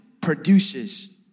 produces